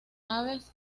aves